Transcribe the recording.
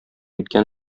иткән